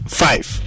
five